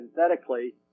synthetically